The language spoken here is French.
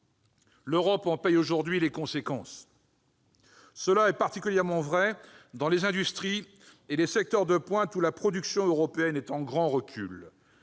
L'Europe en paye aujourd'hui les conséquences. C'est particulièrement vrai dans les industries et les secteurs de pointe, où la production européenne est en grand recul.